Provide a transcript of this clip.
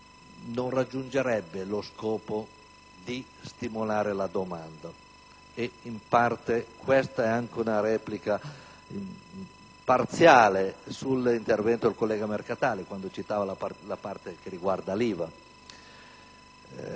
non raggiunga lo scopo di stimolare la domanda; questa è anche una replica parziale all'intervento del collega Mercatali quando citava la parte che riguarda l'IVA.